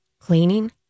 Cleaning